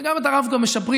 וגם את הרב-קו משפרים.